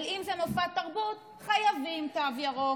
אבל אם זה מופע תרבות חייבים תו ירוק.